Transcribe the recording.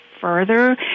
further